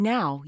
Now